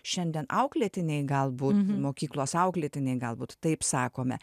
šiandien auklėtiniai galbūt mokyklos auklėtiniai galbūt taip sakome